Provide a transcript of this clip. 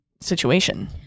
situation